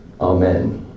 Amen